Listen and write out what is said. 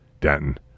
Denton